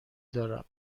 دارم